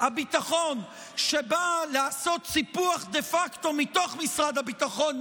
הביטחון שבא לעשות סיפוח דה פקטו מתוך משרד הביטחון,